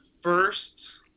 first